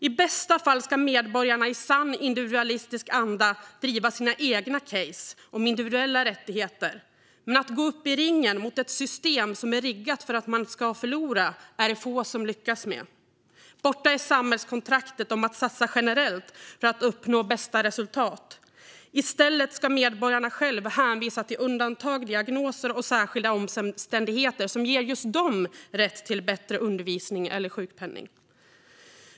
I bästa fall ska medborgarna i sann individualistisk anda driva sina egna case om individuella rättigheter, men att gå upp i ringen mot ett system som är riggat för att man ska förlora är det få som lyckas med. Borta är samhällskontraktet om att satsa generellt för att uppnå bästa resultat. I stället ska medborgarna själva hänvisa till undantag, diagnoser och särskilda omständigheter som ger just dem rätt till bättre undervisning eller sjukpenning.